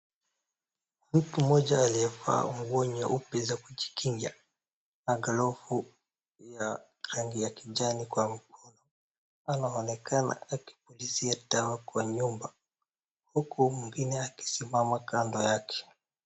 Mtu mmoja aliyevaa nguo nyeupe za kujikinga na glovu ya rangi ya kijani kwa mkono. Anaonekana akinyunyizia dawa kwa nyumba, huku mwingine akisimama kando yake.